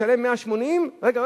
תשלם 180. רגע,